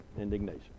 indignation